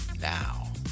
now